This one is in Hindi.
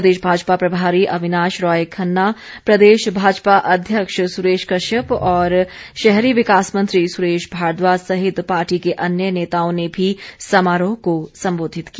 प्रदेश भाजपा प्रभारी अविनाश राय खन्ना प्रदेश भाजपा अध्यक्ष सुरेश कश्यप और शहरी विकास मंत्री सुरेश भारद्वाज सहित पार्टी के अन्य नेताओं ने भी समारोह को संबोधित किया